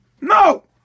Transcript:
No